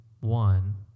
one